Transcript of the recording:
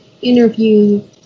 interview